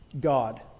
God